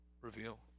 reveal